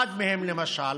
אחד מהם, למשל,